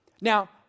Now